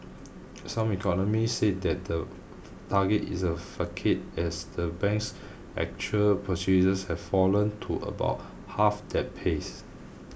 some economists said the target is a facade as the bank's actual purchases have fallen to about half that pace